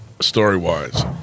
story-wise